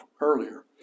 earlier